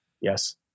Yes